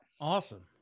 Awesome